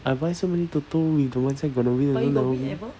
I buy so many toto with the mindset gonna win in the end never win